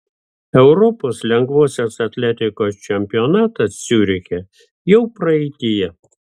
europos lengvosios atletikos čempionatas ciuriche jau praeityje